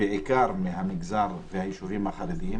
בעיקר מהמגזר והישובים החרדיים,